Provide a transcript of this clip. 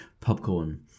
Popcorn